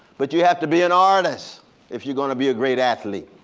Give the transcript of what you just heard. but you have to be an artist if you're going to be a great athlete.